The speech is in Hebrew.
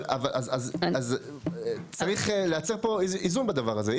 אבל, צריך לייצר פה איזון בדבר הזה.